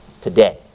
today